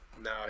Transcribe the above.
No